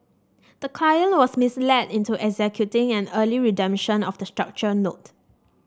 the client was misled into executing an early redemption of the structured note